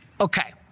Okay